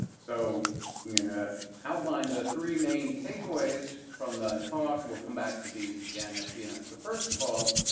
so i'm going to outline the three main takeaways from the talk, and we'll come back to these again at the end. so first of all,